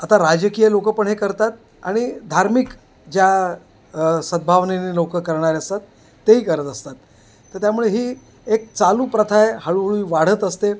आता राजकीय लोक पण हे करतात आणि धार्मिक ज्या सद्भावनेने लोक करणारे असतात तेही करत असतात तर त्यामुळे ही एक चालू प्रथा आहे हळूहळू ही वाढत असते